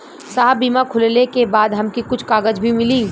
साहब बीमा खुलले के बाद हमके कुछ कागज भी मिली?